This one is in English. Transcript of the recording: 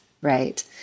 Right